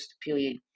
period